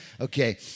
Okay